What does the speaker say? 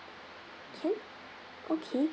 can okay